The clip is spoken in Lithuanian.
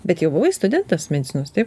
bet jau buvai studentas medicinos taip